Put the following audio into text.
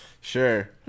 Sure